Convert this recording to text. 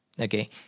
Okay